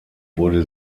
wurde